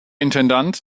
intendant